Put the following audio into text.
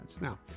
now